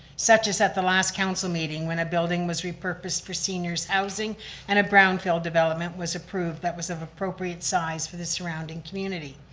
such is at the last council meeting when a building was repurposed for senior's housing and a brownfield development was approved that was of appropriate size for the surrounding community.